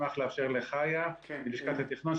נשמח לאפשר לחיה מלשכת התכנון,